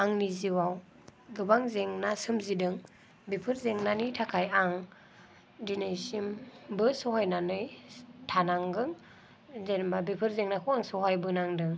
आंनि जिउआव गोबां जेंना सोमजिदों बेफोर जेंनानि थाखाय आं दिनैसिमबो सहायनानै थानांदों जेनेबा बेफोर जेंनाखौ आं सहायबोनांदों